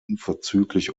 unverzüglich